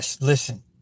Listen